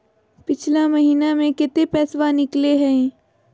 पिछला महिना मे कते पैसबा निकले हैं?